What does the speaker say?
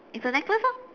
it's a necklace lor